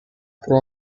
pro